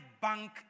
bank